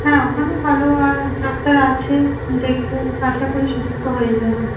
হ্যাঁ ওখানে ভালো ডাক্তার আছে দেখলে আশা করি সুস্থ হয়ে যাবেন